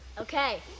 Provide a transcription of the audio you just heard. Okay